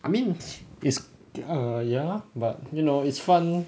I mean it's it's err ya but you know it's fun